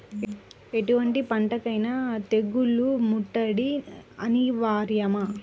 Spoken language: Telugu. ఎటువంటి పంటలకైన తెగులు ముట్టడి అనివార్యమా?